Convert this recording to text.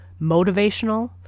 motivational